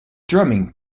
drumming